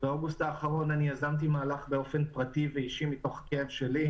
באוגוסט האחרון יזמתי מהלך באופן פרטי ואישי מתוך הכאב שלי,